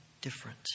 different